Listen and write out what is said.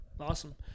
awesome